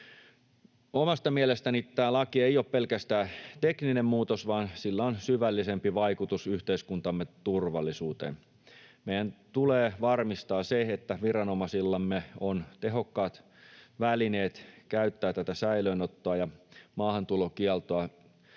Omasta mielestäni tämä laki ei ole pelkästään tekninen muutos, vaan sillä on syvällisempi vaikutus yhteiskuntamme turvallisuuteen. Meidän tulee varmistaa se, että viranomaisillamme on tehokkaat välineet käyttää tätä säilöönottoa ja maahantulokieltoa